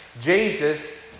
Jesus